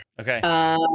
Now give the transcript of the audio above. Okay